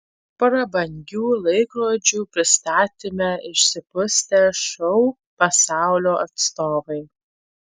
prabangių laikrodžių pristatyme išsipustę šou pasaulio atstovai